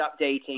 updating